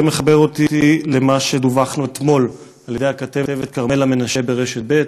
זה מחבר אותי למה שדווחנו עליו אתמול על-ידי הכתבת כרמלה מנשה ברשת ב',